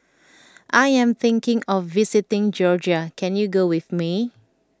I am thinking of visiting Georgia can you go with me